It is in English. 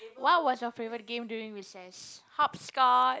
what was your favourite game during recess hopscotch